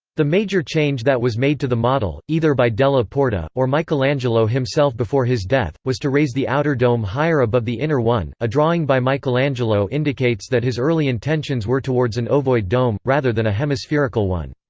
the major change that was made to the model, either by della porta, or michelangelo himself before his death, was to raise the outer dome higher above the inner one a drawing by michelangelo indicates that his early intentions were towards an ovoid dome, rather than a hemispherical one.